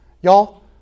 Y'all